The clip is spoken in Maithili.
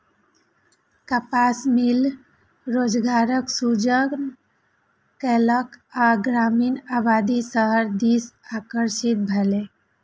कपास मिल रोजगारक सृजन केलक आ ग्रामीण आबादी शहर दिस आकर्षित भेल